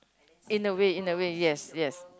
in a way in a way yes yes